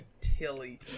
Tilly